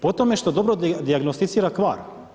Po tome što dobro dijagnosticira kvar.